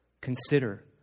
Consider